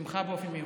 ממך באופן מיוחד.